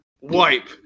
Wipe